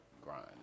grind